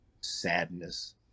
sadness